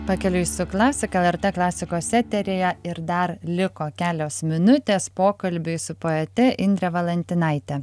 pakeliui su klasika lrt klasikos eteryje ir dar liko kelios minutės pokalbiui su poete indre valantinaite